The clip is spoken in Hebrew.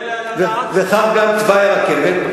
הודעה למזכירת הכנסת.